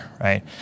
right